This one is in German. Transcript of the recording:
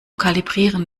kalibrieren